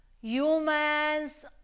Humans